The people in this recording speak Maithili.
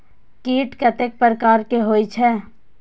कीट कतेक प्रकार के होई छै?